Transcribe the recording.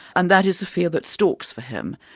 and that is the fear that stalks for him,